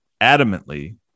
adamantly